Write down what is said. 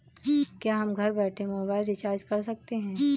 क्या हम घर बैठे मोबाइल रिचार्ज कर सकते हैं?